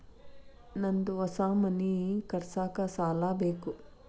ನಂದು ಹೊಸ ಮನಿ ಕಟ್ಸಾಕ್ ಸಾಲ ಬೇಕು